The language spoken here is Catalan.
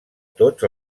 tots